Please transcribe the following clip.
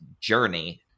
journey